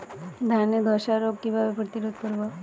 ধানে ধ্বসা রোগ কিভাবে প্রতিরোধ করব?